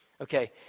Okay